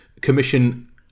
commission